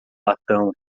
latão